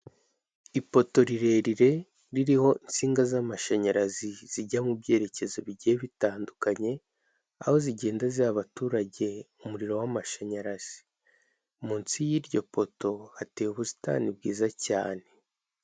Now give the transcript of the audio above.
Ipoto rirerire ririho insinga z'amashanyarazi; zijya mu byerekezo bigiye bitandukanye, aho zigenda ziha abaturage umuriro w'amashanyarazi. Munsi y'iryo poto hateye ubusitani bwiza cyane.